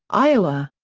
iowa.